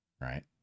right